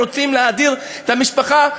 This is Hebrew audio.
רוצים להאדיר את המשפחה,